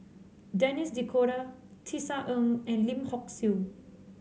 Denis D 'Cotta Tisa Ng and Lim Hock Siew